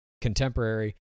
contemporary